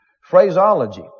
phraseology